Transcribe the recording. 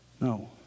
No